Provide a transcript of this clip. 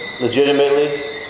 legitimately